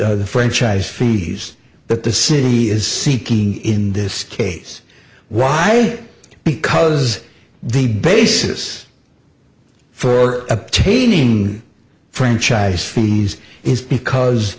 that the franchise fees that the city is seeking in this case why because the basis for obtaining franchise fees is because